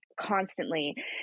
constantly